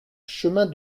chemin